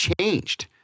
changed